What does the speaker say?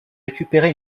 récupérer